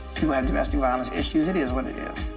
people have domestic violence issues. it is what it is.